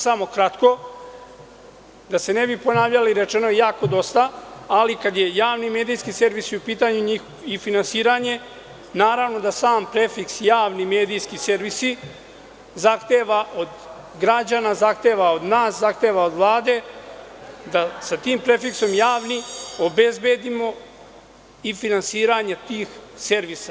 Samo kratko, da se ne bi ponavljali, rečeno je jako dosta, ali kad su javni i medijski servisi u pitanju i finansiranje, naravno da sam prefiks javni medijski servisi zahteva od građana, zahteva od nas, zahteva od Vlade da sa tim prefiksom javni obezbedimo i finansiranje tih servisa.